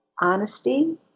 honesty